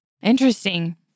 Interesting